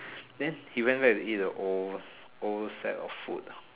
then he went back to eat the old set of food